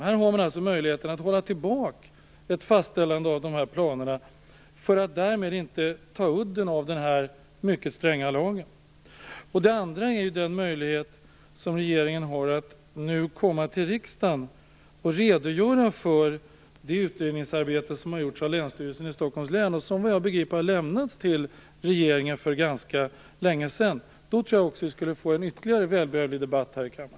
Här har man alltså möjligheten att hålla tillbaka ett fastställande av planerna för att därmed inte ta udden av den här mycket stränga lagen. Jag tänker också på den möjlighet som regeringen har att nu komma till riksdagen och redogöra för den utredning som har gjorts av Länsstyrelsen i Stockholms län och som enligt vad jag begriper har lämnats till regeringen för ganska länge sedan. Då tror jag att vi skulle få ytterligare en välbehövlig debatt här i kammaren.